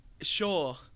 sure